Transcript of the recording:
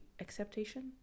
acceptation